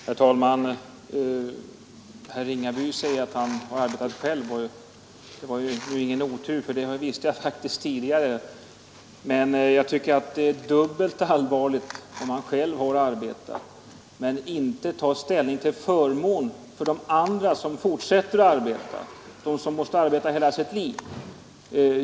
Herr talman! Herr Ringaby sade att han har arbetat tungt själv och att det var otur för mig, men det visste jag faktiskt tidigare. Däremot tycker jag att det är dubbelt allvarligt, om han själv har slitit hårt men nu inte tar ställning till förmån för andra som fortsätter det tunga slitet hela sitt liv.